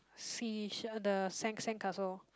seashell uh the sand sandcastle